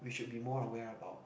we should be more aware about